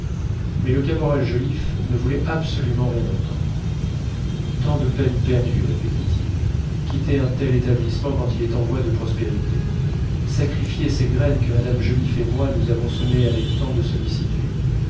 mais le caporal joliffe ne voulait absolument rien entendre tant de peine perdue répétait-il quitter un tel établissement quand il est en voie de prospérité sacrifier ces graines que madame joliffe et moi nous avons semées avec tant de sollicitude